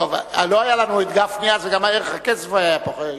טוב, לא היה לנו גפני אז, וגם ערך הכסף היה יותר.